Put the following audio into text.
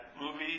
movie